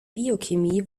biochemie